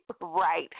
right